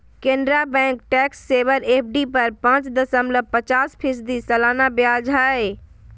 Canara bank tax saver FD पर पाच दशमलब पचास फीसदी सालाना ब्याज हइ